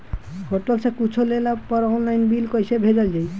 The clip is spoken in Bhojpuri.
होटल से कुच्छो लेला पर आनलाइन बिल कैसे भेजल जाइ?